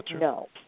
no